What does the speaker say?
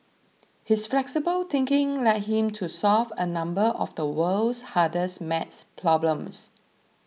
his flexible thinking led him to solve a number of the world's hardest math problems